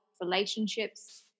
relationships